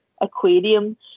aquarium